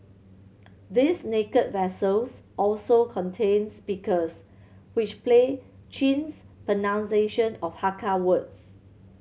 these naked vessels also contain speakers which play Chin's pronunciation of Hakka words